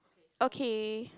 okay